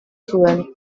zuen